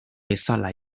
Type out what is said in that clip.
bezala